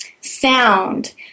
sound